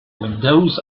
windows